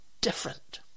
different